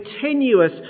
continuous